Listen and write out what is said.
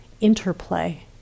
interplay